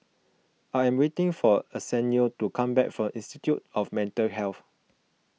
I am waiting for Arsenio to come back from Institute of Mental Health